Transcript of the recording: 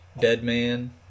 Deadman